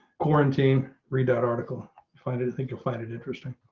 quarantine read that article find it. i think you'll find it interesting.